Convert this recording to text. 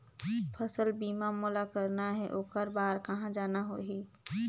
फसल बीमा मोला करना हे ओकर बार कहा जाना होही?